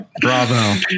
Bravo